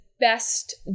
best